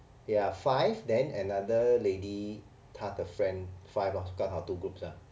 ya five then another lady 她的 friend five lor 就刚好 two groups lah